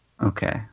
Okay